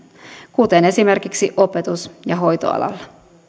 kuten esimerkiksi opetus ja hoitoalalla